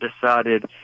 decided